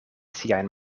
siajn